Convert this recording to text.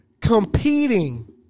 competing